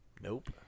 Nope